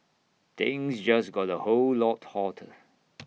things just got A whole lot hotter